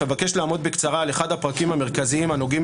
אך אבקש לעמוד בקצרה על אחד הפרקים המרכזיים הנוגעים